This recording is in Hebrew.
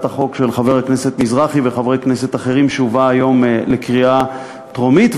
החוק של חבר הכנסת מזרחי וחברי כנסת אחרים שהובאה היום לקריאה טרומית,